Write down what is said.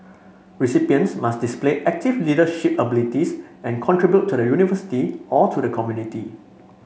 recipients must display active leadership abilities and contribute to the university or to the community